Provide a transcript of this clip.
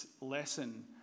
lesson